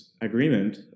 agreement